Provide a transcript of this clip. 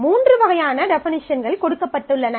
மூன்று வகையான டெஃபனிஷன்கள் கொடுக்கப்பட்டுள்ளன